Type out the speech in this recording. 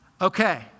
Okay